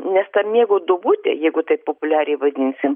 nes ta miego duobutė jeigu taip populiariai vadinasim